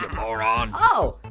moron. oh,